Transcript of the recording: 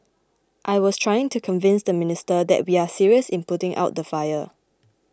I was trying to convince the minister that we are serious in putting out the fire